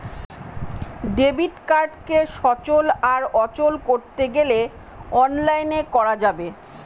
debit কার্ডকে সচল আর অচল করতে গেলে অনলাইনে করা যাবে